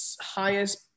highest